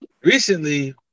Recently